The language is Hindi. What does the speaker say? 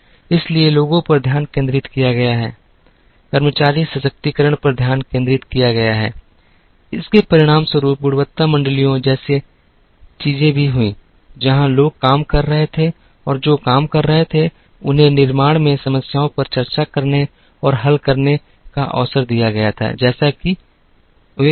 इसलिए लोगों पर ध्यान केंद्रित किया गया है कर्मचारी सशक्तीकरण पर ध्यान केंद्रित किया गया है इसके परिणामस्वरूप गुणवत्ता मंडलियों जैसी चीजें भी हुईं जहां लोग काम कर रहे थे और जो काम कर रहे थे उन्हें निर्माण में समस्याओं पर चर्चा करने और हल करने का अवसर दिया गया था जैसा कि वे हुआ